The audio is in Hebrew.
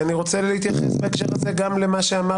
אני רוצה להתייחס בהקשר הזה גם למה שאמר